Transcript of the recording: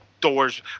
doors